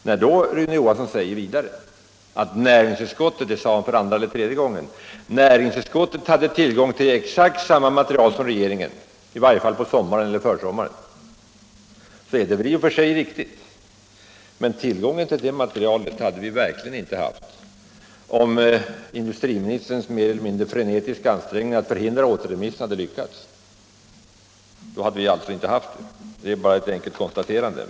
När Rune Johansson — för andra eller tredje gången — säger att näringsutskottet hade tillgång till exakt samma material som regeringen, i varje fall på sommaren eller försommaren, är det visserligen i och för sig riktigt. Men någon tillgång till detta material hade vi verkligen inte haft, om industriministerns mer eller mindre frenetiska ansträngningar att förhindra återremissen hade lyckats. Det är bara ett enkelt konstaterande.